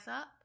up